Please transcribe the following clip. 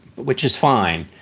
which is fine.